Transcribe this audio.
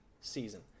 season